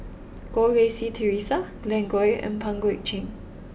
Goh Rui Si Theresa Glen Goei and Pang Guek Cheng